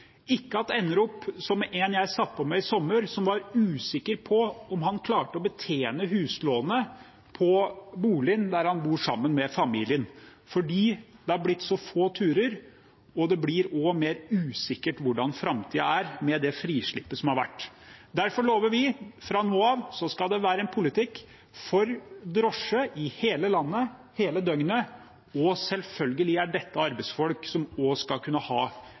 at en ikke ender opp som en jeg satt på med i sommer, som var usikker på om han klarte å betjene huslånet på boligen der han bor sammen med familien, fordi det har blitt så få turer, og det er også mer usikkert hvordan framtiden blir, med det frislippet som har vært. Derfor lover vi: Fra nå av skal det være en politikk for drosje i hele landet, hele døgnet, og selvfølgelig er dette arbeidsfolk som også skal kunne ha